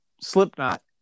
Slipknot